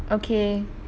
okay